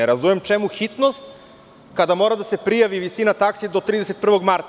Ne razumem čemu hitnost, kada mora da se prijavi visina taksi do 31. marta?